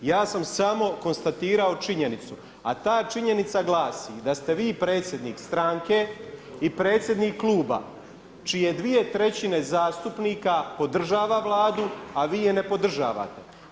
Ja sam samo konstatirao činjenicu, a ta činjenica glasi da ste vi predsjednik stranke i predsjednik kluba čije dvije trećine zastupnika podržava Vladu a vi je ne podržavate.